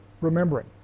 remembering